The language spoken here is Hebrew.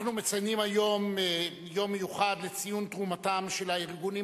אנחנו מציינים היום יום מיוחד לציון תרומתם של הארגונים